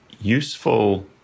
useful